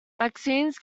vaccines